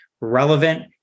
relevant